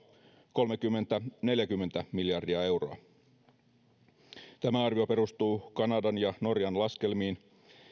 kolmekymmentä viiva neljäkymmentä miljardia euroa tämä arvio perustuu kanadan ja norjan laskelmiin